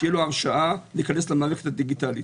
שתהיה לו הרשאה להיכנס למערכת הדיגיטלית.